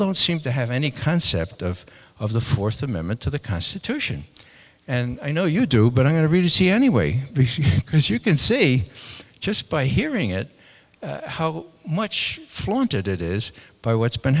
don't seem to have any concept of of the fourth amendment to the constitution and i know you do but i don't really see any way because you can see just by hearing it how much flaunted it is by what's been